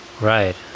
right